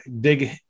dig